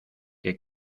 qué